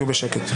אם יהיה שקט.